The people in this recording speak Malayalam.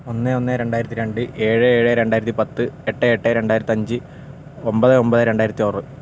ഒന്ന് ഒന്ന് രണ്ടായിരത്തി രണ്ട് ഏഴ് ഏഴ് രണ്ടായിരത്തിപ്പത്ത് എട്ട് എട്ട് രണ്ടായിരത്തിയഞ്ച് ഒൻപത് ഒൻപത് രണ്ടായിരത്തിയാറ്